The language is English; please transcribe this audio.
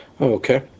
Okay